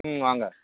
ம் வாங்க